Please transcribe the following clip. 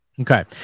Okay